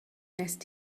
wnest